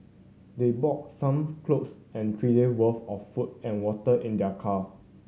they bought some clothes and three day worth of food and water in their car